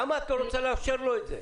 למה את לא רוצה לאפשר לו את זה?